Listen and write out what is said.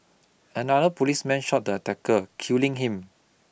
another policeman shot the attacker killing him